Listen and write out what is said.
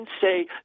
say